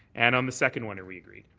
and on the second one, are we agreed?